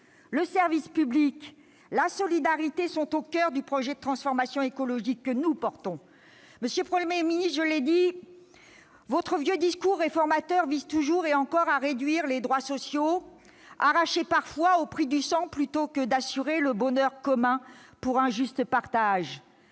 Le service public, la solidarité sont au coeur du projet de transformation écologique que nous portons. Monsieur le Premier ministre, je l'ai dit, votre vieux discours réformateur vise toujours et encore à réduire les droits sociaux, arrachés parfois au prix du sang, plutôt qu'à assurer le bonheur commun par un juste partage.